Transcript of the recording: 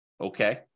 Okay